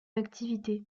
activité